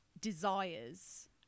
desires